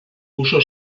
puso